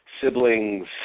siblings